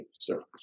service